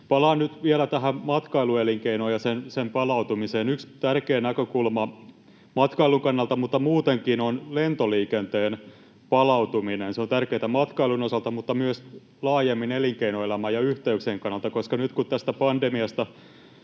Palaan nyt vielä tähän matkailuelinkeinoon ja sen palautumiseen: Yksi tärkeä näkökulma matkailun kannalta mutta muutenkin on lentoliikenteen palautuminen. Se on tärkeätä matkailun osalta mutta myös laajemmin elinkeinoelämän ja yhteyksien kannalta, koska nyt kun tästä pandemiasta